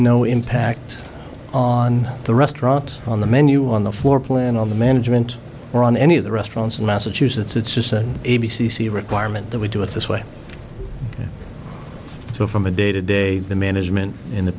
no impact on the restaurant on the menu on the floor plan on the management or on any of the restaurants in massachusetts it's just an a b c requirement that we do it this way so from a day to day management in the